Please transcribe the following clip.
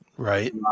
Right